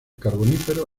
carbonífero